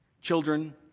Children